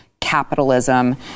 capitalism